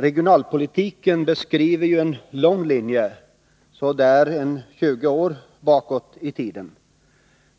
Regionalpolitiken beskriver en lång linje, ungefär 20 år bakåt i tiden.